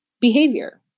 behavior